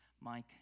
Mike